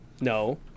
No